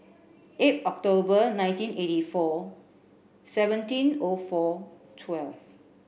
eight October nineteen eighty four seventeen O four twelve